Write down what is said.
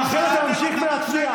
ואחרי זה אתה ממשיך להפריע.